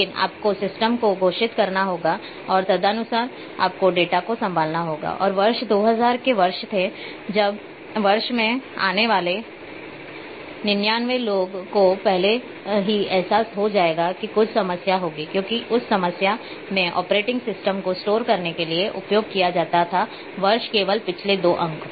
लेकिन आपको सिस्टम को घोषित करना होगा और तदनुसार आपको डेटा को संभालना होगा और वर्ष 2000 के वर्ष थे जब वर्ष में आने वाले 99 लोगों को पहले ही एहसास हो जाएगा कि कुछ समस्या होगी क्योंकि उस समय में ऑपरेटिंग सिस्टम को स्टोर करने के लिए उपयोग किया जाता था वर्ष केवल पिछले दो अंक